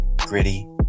gritty